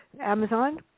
Amazon